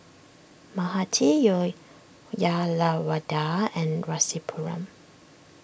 Mahade Uyyalawada and Rasipuram